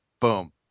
Boom